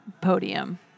podium